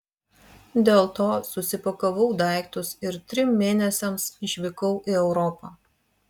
dėl to susipakavau daiktus ir trim mėnesiams išvykau į europą